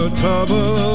trouble